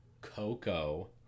Coco